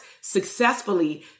successfully